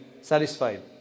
satisfied